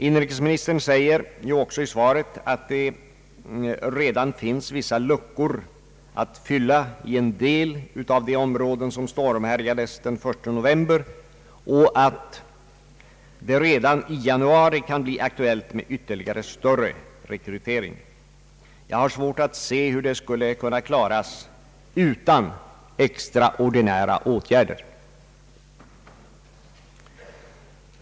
Inrikesministern säger också i svaret att det nu finns vissa luckor att fylla i en del av de områden som stormhärjades den 1 november och att det redan i januari kan bli aktuellt med ytterligare rekrytering. Jag har svårt att se hur det skulle kunna klaras utan extraordinära åtgärder.